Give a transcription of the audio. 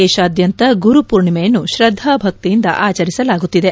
ದೇಶಾದ್ಯಂತ ಗುರು ಪೂರ್ಣಿಮೆಯನ್ನು ಶ್ರದ್ದಾ ಭಕ್ತಿಯಿಂದ ಆಚರಿಸಲಾಗುತ್ತಿದೆ